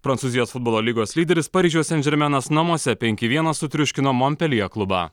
prancūzijos futbolo lygos lyderis paryžiaus seint džermenas namuose penki vienas sutriuškino montpelije klubą